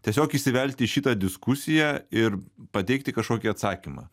tiesiog įsivelti į šitą diskusiją ir pateikti kažkokį atsakymą